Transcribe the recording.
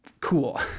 cool